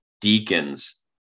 deacons